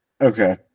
Okay